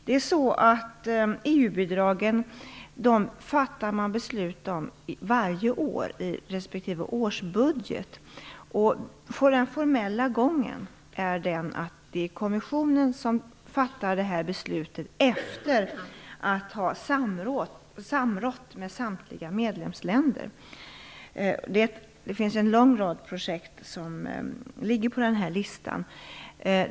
Man fattar beslut om EU-bidragen varje år i respektive årsbudget. Den formella gången är den, att det är kommissionen som fattar beslutet efter att ha samrått med samtliga medlemsländer. Det finns en lång rad projekt som ligger på denna lista.